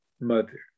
mother